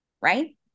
Right